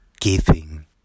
giving